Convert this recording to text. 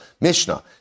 Mishnah